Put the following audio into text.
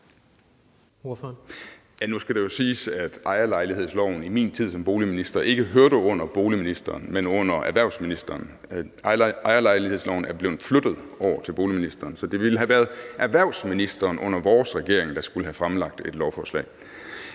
Nu skal det jo siges, at ejerlejlighedsloven i min tid som boligminister ikke hørte under boligministeren, men under erhvervsministeren. Ejerlejlighedsloven er blevet flyttet over til boligministeren. Så det ville have været erhvervsministeren, der under vores regering skulle have fremsat et lovforslag.